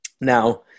Now